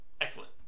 excellent